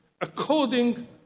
according